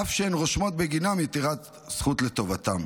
אף שהן רושמות בגינן יתרת זכות לטובתם.